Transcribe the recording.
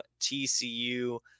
TCU